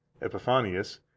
Epiphanius